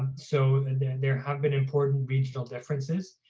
so there have been important regional differences.